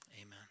Amen